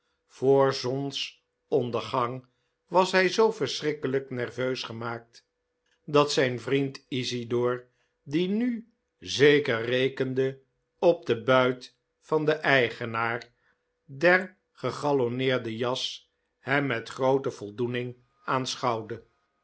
voor zonsondergang was hij zoo verschrikkelijk nerveus gemaakt dat zijn vriend isidor die nu zeker rekende op den buit van den eigenaar der gegalonneerde jas hem met groote voldoening